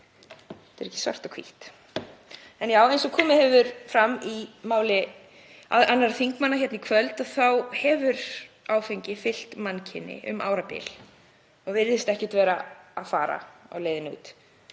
Þetta er ekki svart og hvítt. Eins og komið hefur fram í máli annarra þingmanna í kvöld þá hefur áfengi fylgt mannkyni um árabil og virðist ekkert vera að fara, vera á leiðinni út.